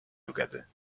together